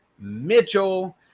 Mitchell